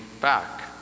back